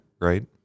right